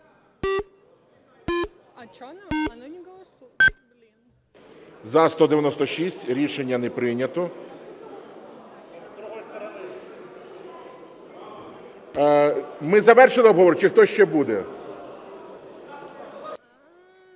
За-196 Рішення не прийнято. Ми завершили обговорення чи хтось ще буде?